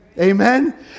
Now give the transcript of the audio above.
Amen